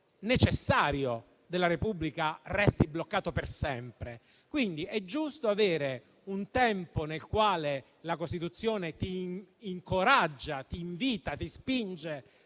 necessario della Repubblica resti bloccato per sempre. È giusto avere un tempo nel quale la Costituzione incoraggia, invita e spinge